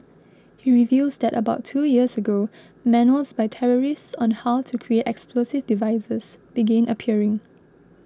he reveals that about two years ago manuals by terrorists on how to create explosive devices began appearing